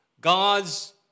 God's